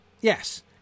yes